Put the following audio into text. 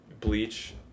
bleach